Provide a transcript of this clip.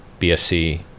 BSC